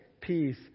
peace